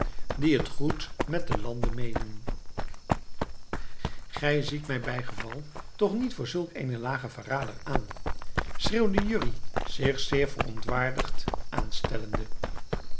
die het goed met den lande meenen gij ziet mij bijgeval toch niet voor zulk eenen lagen verrader aan schreeuwde jurrie zich zeer verontwaardigd aanstellende